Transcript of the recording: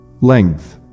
Length